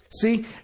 See